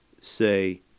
say